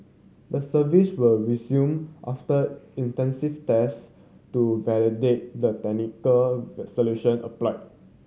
the service were resumed after intensive test to validate the technical solution applied